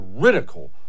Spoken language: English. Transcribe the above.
critical